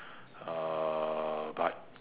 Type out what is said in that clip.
uh but